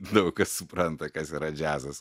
daug kas supranta kas yra džiazas